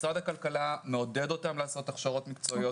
משרד הכלכלה מעודד אותם לעשות הכשרות מקצועיות.